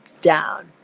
down